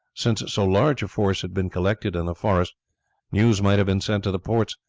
since so large a force had been collected in the forest news might have been sent to the ports,